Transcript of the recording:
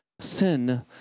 sin